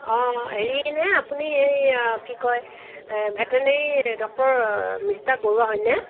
হেৰিনে আপুনি এই কি কয় ভেটেনেৰী ডক্টৰ মিষ্টাৰ বৰুৱা হয়নে